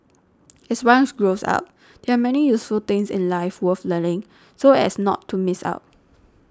as ones grows up there are many useful things in life worth learning so as not to miss out